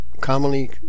commonly